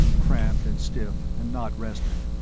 cramped and stiff and not rested,